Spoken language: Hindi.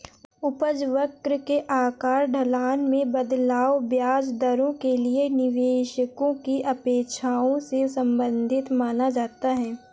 उपज वक्र के आकार, ढलान में बदलाव, ब्याज दरों के लिए निवेशकों की अपेक्षाओं से संबंधित माना जाता है